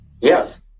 yes